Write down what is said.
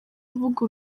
avuga